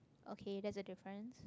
okay that's a difference